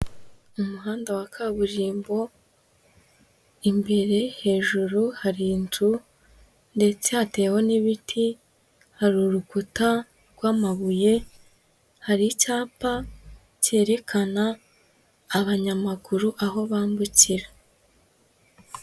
Umuhanda wa kaburimbo, imbere hejuru hari inzu ndetse hateyeho n'ibiti, hari urukuta rw'amabuye, hari icyapa cyerekana abanyamaguru aho bambukira.